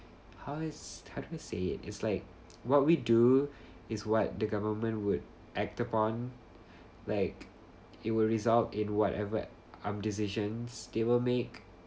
how is how to say it it's like what we do is what the government would act upon like it will result in whatever um decisions they will make